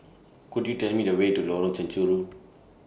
Could YOU Tell Me The Way to Lorong Chencharu